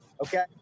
Okay